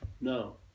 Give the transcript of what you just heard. No